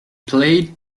played